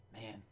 man